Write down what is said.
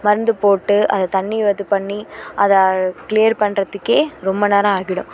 மருந்து போட்டு அதை தண்ணியை இது பண்ணி அதை க்ளீயர் பண்ணுறதுக்கே ரொம்ப நேரம் ஆகிவிடும்